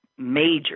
major